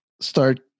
start